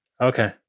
Okay